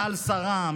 טל שרה,